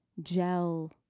gel